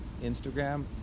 Instagram